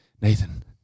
Nathan